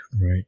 Right